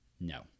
No